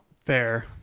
Fair